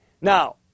Now